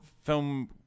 film